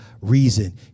reason